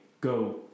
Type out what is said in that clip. Go